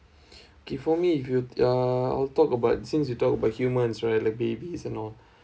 okay for me if you uh I'll talk about since you talk about humans right like babies and all